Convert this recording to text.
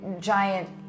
giant